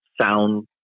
sound